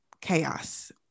Chaos